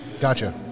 Gotcha